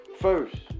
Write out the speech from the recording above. first